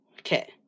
Okay